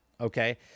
okay